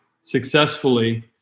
successfully